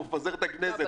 אנחנו נפזר את הכנסת.